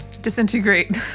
Disintegrate